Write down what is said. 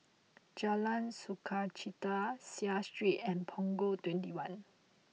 Jalan Sukachita Seah Street and Punggol twenty one